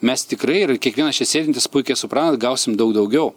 mes tikrai ir kiekvienas čia sėdintis puikiai supranta kad gausim daug daugiau